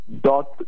dot